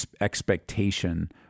expectation